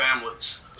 families